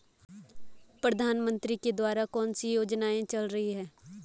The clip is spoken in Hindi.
प्रधानमंत्री के द्वारा कौनसी योजनाएँ चल रही हैं?